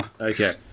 Okay